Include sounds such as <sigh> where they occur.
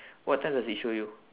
<breath> what time does it show you